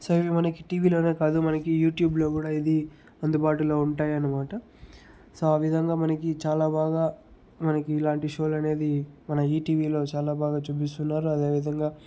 so ఇవి మనకి టీవీలోనే కాదు మనకి యూట్యూబ్లో కూడా ఇది అందుబాటులో ఉంటాయన్నమాట సో ఆ విధంగా మనకి చాలా బాగా మనకి ఇలాంటి షోలనేది మన ఈటీవీలో చాలా బాగా చూపిస్తున్నారు అదే విధంగా